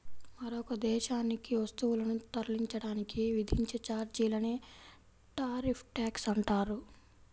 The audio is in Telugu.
మరొక దేశానికి వస్తువులను తరలించడానికి విధించే ఛార్జీలనే టారిఫ్ ట్యాక్స్ అంటారు